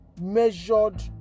measured